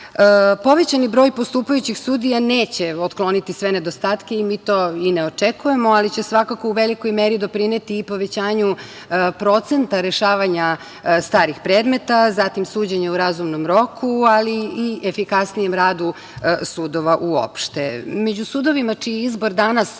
Povećan broj postupajućih sudija neće otkloniti sve nedostatke i mi to i ne očekujemo, ali će svakako u velikoj meri doprineti i povećanju procenta rešavanja starih predmeta, zatim suđenja u razumnom roku ali i efikasnijem radu sudova uopšte. Među sudijama čiji izbor danas